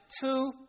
two